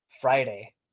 Friday